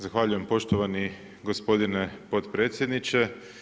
Zahvaljujem poštovani gospodine potpredsjedniče.